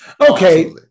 Okay